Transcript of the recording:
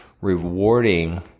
rewarding